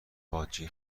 باجه